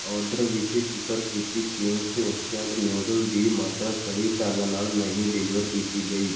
order ਵਿੱਚ ਜ਼ਿਕਰ ਕੀਤੀ ਚਿੰਗਜ਼ ਇੰਸਟੈਂਟ ਨਿਊਡਲ ਦੀ ਮਾਤਰਾ ਸਹੀ ਢੰਗ ਨਾਲ ਨਹੀਂ ਡਿਲੀਵਰ ਕੀਤੀ ਗਈ